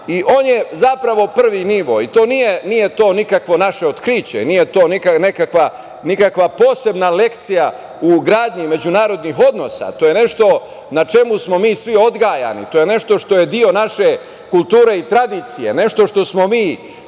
On je, zapravo, prvi nivo. To nije nikakvo naše otkriće, nije to nekakva, nikakva posebna lekcija u gradnji međunarodnih odnosa. To je nešto na čemu smo mi svi odgajani, to je nešto što je deo naše kulture i tradicije, nešto što smo mi